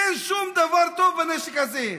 אין שום דבר טוב בנשק הזה,